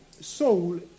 soul